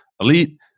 elite